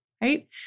Right